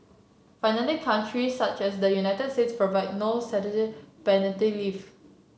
finally countries such as the United States provide no statutory paternity leave